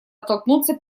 оттолкнуться